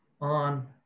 on